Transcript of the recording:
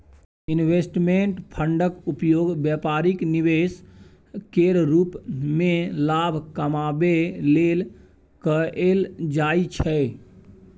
investment फंडक उपयोग बेपारिक निवेश केर रूप मे लाभ कमाबै लेल कएल जाइ छै